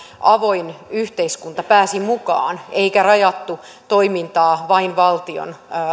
avoin yhteiskunta pääsi mukaan eikä rajattu toimintaa vain valtion